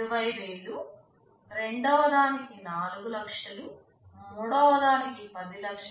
20000 రెండవదానికి 4 లక్షలు మూడవదానికి 10 లక్షలు